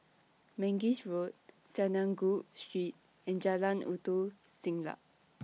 Mangis Road Synagogue Street and Jalan Ulu Siglap